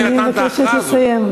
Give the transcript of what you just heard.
אני מבקשת לסיים.